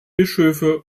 bischöfe